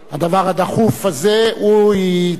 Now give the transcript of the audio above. הדבר הדחוף הזה יתקיים,